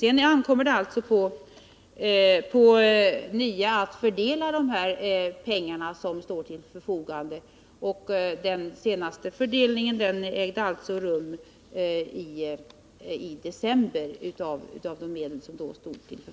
Sedan ankommer det på NIA att fördela de pengar som står till förfogande. Den senaste fördelningen ägde rum i december.